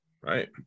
Right